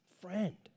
friend